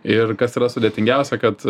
ir kas yra sudėtingiausia kad